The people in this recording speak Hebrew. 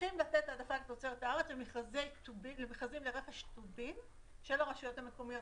צריכים לתת העדפה לתוצרת הארץ במכרזים לרכש טובין של הרשויות המקומיות.